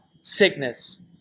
sickness